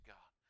God